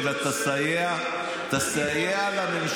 אלא תסייע לממשלה